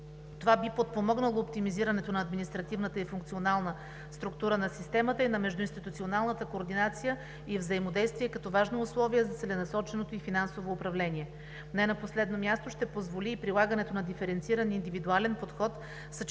Това би подпомогнало оптимизирането на административната и функционалната структура на системата, а и на междуинституционалната координация и взаимодействие като важно условие за целенасоченото финансово управление. Не на последно място, ще позволи и прилагането на диференциран индивидуален подход,